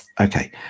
Okay